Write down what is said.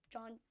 John